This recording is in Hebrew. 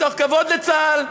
מתוך כבוד לצה"ל,